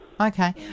Okay